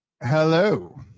Hello